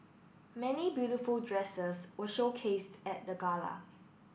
many beautiful dresses were showcased at the gala